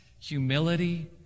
humility